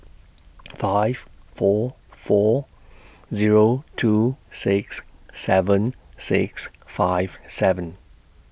five four four Zero two six seven six five seven